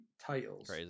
titles